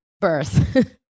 birth